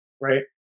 right